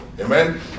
amen